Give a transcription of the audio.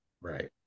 Right